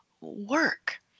work